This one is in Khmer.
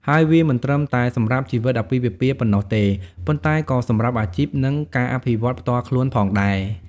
ហើយវាមិនត្រឹមតែសម្រាប់ជីវិតអាពាហ៍ពិពាហ៍ប៉ុណ្ណោះទេ ប៉ុន្តែក៏សម្រាប់អាជីព និងការអភិវឌ្ឍន៍ផ្ទាល់ខ្លួនផងដែរ។